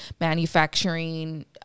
manufacturing